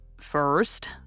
First